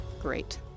Great